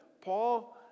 Paul